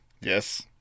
Yes